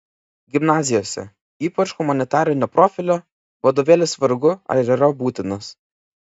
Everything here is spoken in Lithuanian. gimnazijose ypač humanitarinio profilio vadovėlis vargu ar yra būtinas